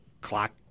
clock